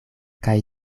kaj